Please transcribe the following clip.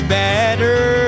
better